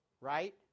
Right